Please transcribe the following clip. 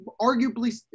arguably